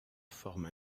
forme